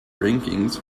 rankings